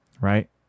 right